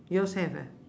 yours have eh